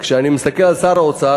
כשאני מסתכל על שר האוצר,